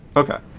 okay.